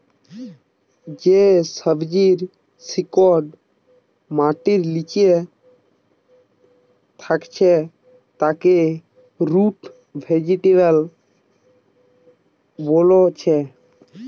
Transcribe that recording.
যে সবজির শিকড় মাটির লিচে থাকছে তাকে রুট ভেজিটেবল বোলছে